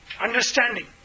understanding